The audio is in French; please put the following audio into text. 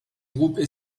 groupe